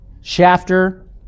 shafter